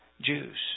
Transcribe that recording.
Jews